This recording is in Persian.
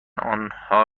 آنها